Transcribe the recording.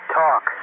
talk